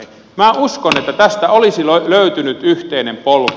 minä uskon että tästä olisi löytynyt yhteinen polku